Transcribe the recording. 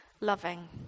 loving